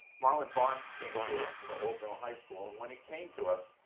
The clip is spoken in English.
marlon barnes came to us from old mill high school, and when he came to us,